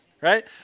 Right